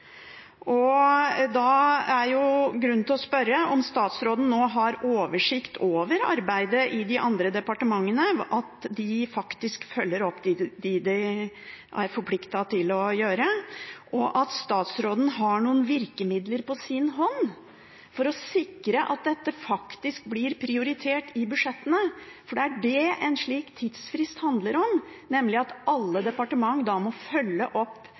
Da er det grunn til å spørre om statsråden nå har oversikt over arbeidet i de andre departementene, og at de faktisk følger opp det de er forpliktet til å gjøre, og om statsråden har noen virkemidler på sin hånd for å sikre at dette faktisk blir prioritert i budsjettene. For det en slik tidsfrist handler om, er at alle